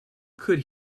could